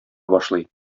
башлый